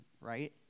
right